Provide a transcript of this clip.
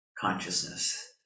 consciousness